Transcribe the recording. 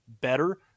better